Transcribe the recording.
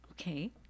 Okay